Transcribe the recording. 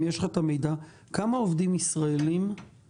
אם יש לכם את המידע: כמה עובדים ישראליים מועסקים